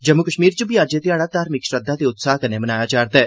जम्मू कश्मीर च बी अज्ज एह् ध्याड़ा धार्मिक श्रद्धा ते उत्साह कन्नै मनाया जा'रदा ऐ